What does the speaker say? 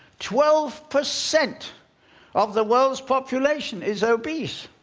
twelve percent of the world's population is obese.